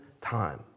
time